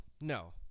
no